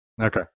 okay